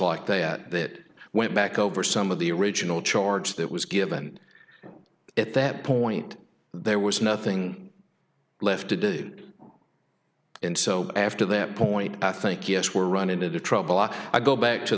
like that that went back over some of the original charge that was given at that point there was nothing left to do and so after that point i think yes we're run into trouble i go back to